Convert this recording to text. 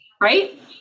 Right